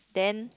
then